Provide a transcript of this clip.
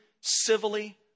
civilly